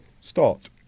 start